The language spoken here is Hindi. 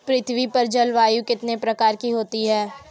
पृथ्वी पर जलवायु कितने प्रकार की होती है?